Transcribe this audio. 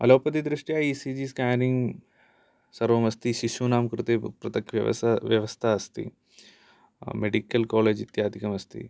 allopathy दृष्ट्या E C G scanning सर्वमस्ति शिशूनां कृते पृथक् व्यवस्थ व्यवस्था अस्ति मेडिकल् कालेज् इत्यादिकम् अस्ति